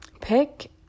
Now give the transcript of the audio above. pick